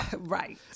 right